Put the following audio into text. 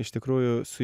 iš tikrųjų su